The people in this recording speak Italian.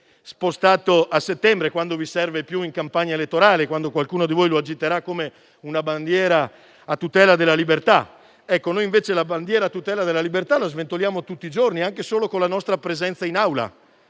sposterete a settembre, quando più vi servirà in campagna elettorale, quando qualcuno di voi lo agiterà come una bandiera a tutela della libertà. Noi invece la bandiera a tutela della libertà la sventoliamo tutti i giorni, anche solo con la nostra presenza in Aula.